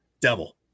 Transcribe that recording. devil